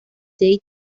day